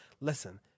Listen